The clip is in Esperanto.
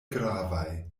gravaj